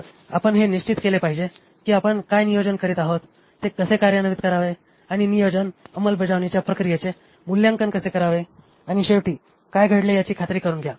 तर आपण हे निश्चित केले पाहिजे की आपण काय नियोजन करीत आहोत ते कसे कार्यान्वित करावे आणि नियोजन अंमलबजावणीच्या प्रक्रियेचे मूल्यांकन कसे करावे आणि शेवटी काय घडले याची खात्री करुन घ्या